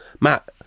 Matt